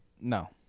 No